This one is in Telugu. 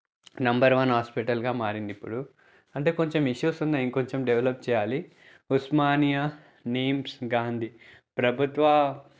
నెంబర్ వన్ హాస్పిటల్గా మారింది ఇప్పుడు అంటే కొంచెం ఇష్యూస్ ఉన్నాయి ఇంకొంచెం డెవలప్ చేయాలి ఉస్మానియా నీమ్స్ గాంధీ ప్రభుత్వ